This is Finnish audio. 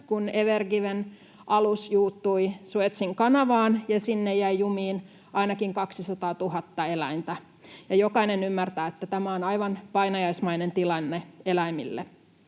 kun Ever Given ‑alus juuttui Suezin kanavaan ja sinne jäi jumiin ainakin 200 000 eläintä, ja jokainen ymmärtää, että tämä on aivan painajaismainen tilanne eläimille.